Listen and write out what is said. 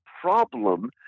problem